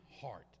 heart